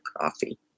coffee